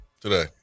today